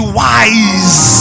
wise